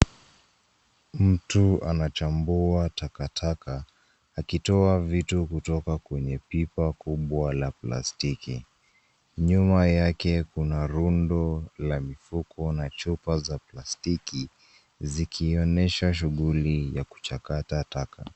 Mtu anachambua takataka, akitoa vitu kutoka kwenye pipa kubwa la plastiki. Nyuma yake kuna rundo la mifuko na chupa za plastiki, zikionyesha shughuli ya kuchakata taka.